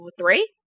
Three